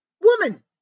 Woman